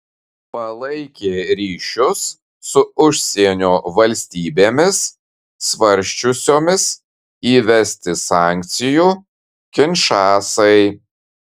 palaikė ryšius su užsienio valstybėmis svarsčiusiomis įvesti sankcijų kinšasai